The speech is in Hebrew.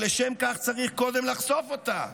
אבל לשם כך צריך קודם לחשוף אותה.